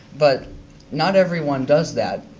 but not everyone does that.